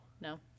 No